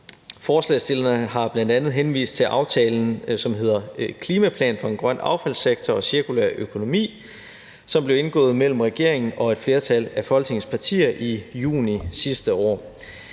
Forslagsstillerne har bl.a. henvist til aftalen, som hedder »Klimaplan for en grøn affaldssektor og cirkulær økonomi«, som blev indgået mellem regeringen og et flertal af Folketingets partier i juni sidste år.